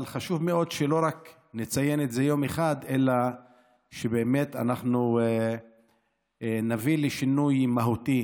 אבל חשוב מאוד שלא רק נציין את זה יום אחד אלא שבאמת נביא לשינוי מהותי